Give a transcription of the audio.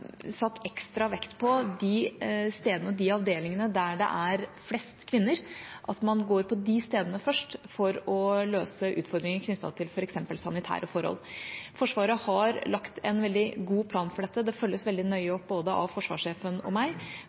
ekstra vekt på de avdelingene der det er flest kvinner – at man går til de stedene først for å løse utfordringer knyttet til f.eks. sanitære forhold. Forsvaret har lagt en veldig god plan for dette, og det følges veldig nøye opp både av forsvarssjefen og meg,